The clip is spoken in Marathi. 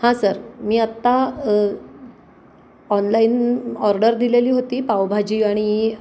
हां सर मी आत्ता ऑनलाईन ऑर्डर दिलेली होती पावभाजी आणि